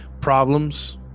problems